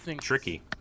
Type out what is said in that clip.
tricky